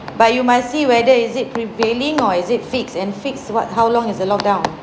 but you must see whether is it prevailing or is it fixed and fixed what how long is the lock down